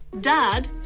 Dad